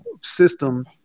system